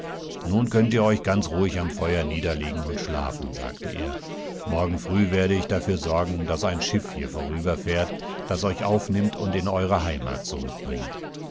nun könnt ihr euch ganz ruhig am feuer niederlegen und schlafen sagteer morgenfrühwerdeichdafürsorgen daßeinschiffhier vorüberfährt das euch aufnimmt und in eure heimat zurückbringt